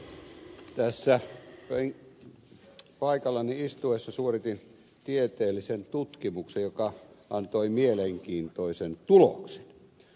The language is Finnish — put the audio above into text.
tässä paikallani istuessani suoritin tieteellisen tutkimuksen joka antoi mielenkiintoisen tuloksen